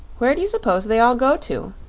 where do you suppose they all go to?